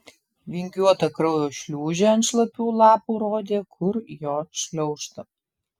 vingiuota kraujo šliūžė ant šlapių lapų rodė kur jo šliaužta